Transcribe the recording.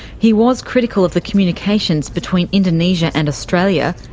he was critical of the communications between indonesia and australia,